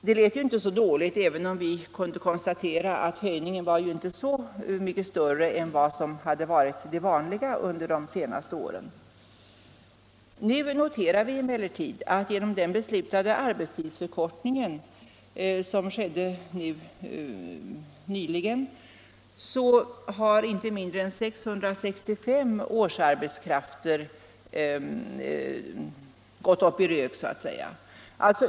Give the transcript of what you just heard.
Det lät inte så dåligt, även om vi kunde konstatera att höjningen inte var så mycket större än den som hade varit vanlig under de senaste åren. Nu noterar vi emellertid att genom den nyligen beslutade arbetstidsförkortningen inte mindre än 665 årsarbetskrafter har ”gått upp i rök”.